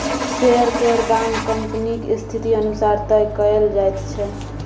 share केर दाम कंपनीक स्थिति अनुसार तय कएल जाइत छै